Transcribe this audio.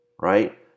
right